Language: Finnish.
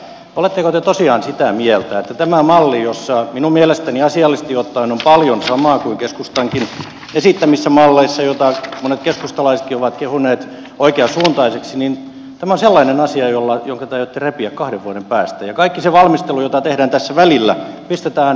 oletteko te tosiaan sitä mieltä että tämä malli jossa minun mielestäni asiallisesti ottaen on paljon samaa kuin keskustankin esittämissä malleissa ja jota monet keskustalaisetkin ovat kehuneet oikeansuuntaiseksi on sellainen asia jonka te aiotte repiä kahden vuoden päästä ja kaikki se valmistelu jota tehdään tässä välissä pistetään pois